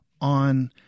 on